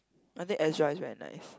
I think Ezra is very nice